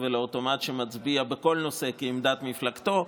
ולאוטומט שמצביע בכל נושא כעמדת מפלגתו,